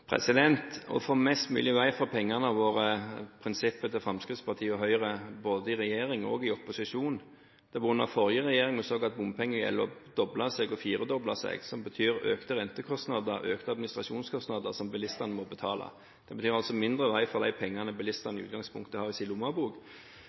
Å få mest mulig vei for pengene har vært prinsippet til Fremskrittspartiet og Høyre både i regjering og i opposisjon. Det var under forrige regjering vi så at bompengegjelden doblet seg og firedoblet seg. Det betyr økte rentekostnader, økte administrasjonskostnader, som bilistene må betale – altså mindre vei for de pengene